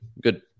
good